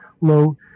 low